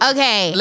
Okay